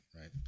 right